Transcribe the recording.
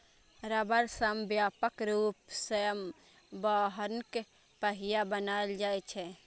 रबड़ सं व्यापक रूप सं वाहनक पहिया बनाएल जाइ छै